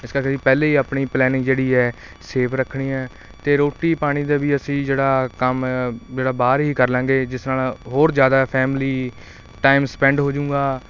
ਇਸ ਕਰਕੇ ਅਸੀਂ ਪਹਿਲਾਂ ਹੀ ਆਪਣੀ ਪਲੈਨਿੰਗ ਜਿਹੜੀ ਹੈ ਸੇਫ ਰੱਖਣੀ ਹੈ ਅਤੇ ਰੋਟੀ ਪਾਣੀ ਦਾ ਵੀ ਅਸੀਂ ਜਿਹੜਾ ਕੰਮ ਜਿਹੜਾ ਬਾਹਰ ਹੀ ਕਰਲਾਂਗੇ ਜਿਸ ਨਾਲ ਹੋਰ ਜ਼ਿਆਦਾ ਫੈਮਿਲੀ ਟਾਈਮ ਸਪੈਂਡ ਹੋਜੂੰਗਾ